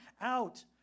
out